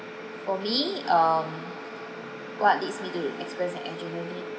for me um what leads me to experience an adrenaline